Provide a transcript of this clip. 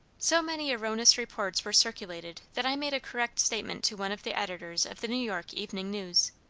so many erroneous reports were circulated, that i made a correct statement to one of the editors of the new york evening news.